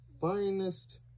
finest